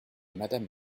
madame